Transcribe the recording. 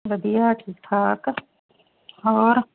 ਵਧੀਆ ਠੀਕ ਠਾਕ ਹੋਰ